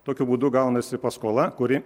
tokiu būdu gaunasi paskola kuri